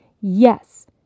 Yes